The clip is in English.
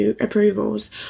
approvals